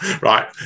Right